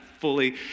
fully